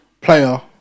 Player